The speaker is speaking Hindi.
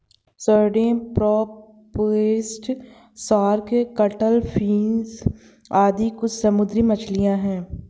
sardine, pomfret, shark, cuttlefish आदि कुछ समुद्री मछलियाँ हैं